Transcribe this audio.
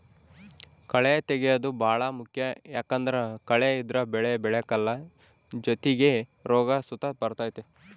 ಕಳೇ ತೆಗ್ಯೇದು ಬಾಳ ಮುಖ್ಯ ಯಾಕಂದ್ದರ ಕಳೆ ಇದ್ರ ಬೆಳೆ ಬೆಳೆಕಲ್ಲ ಜೊತಿಗೆ ರೋಗ ಸುತ ಬರ್ತತೆ